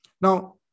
Now